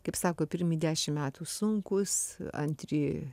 kaip sako pirmi dešim metų sunkūs antri